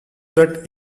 that